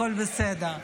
הכול בסדר.